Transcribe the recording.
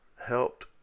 helped